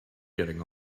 getting